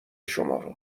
شمارو